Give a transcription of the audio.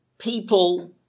people